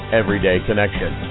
everydayconnection